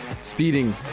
speeding